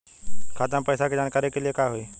खाता मे पैसा के जानकारी के लिए का होई?